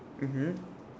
mmhmm